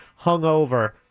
hungover